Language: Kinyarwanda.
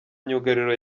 myugariro